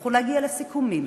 שהבטיחו להגיע לסיכומים,